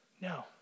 No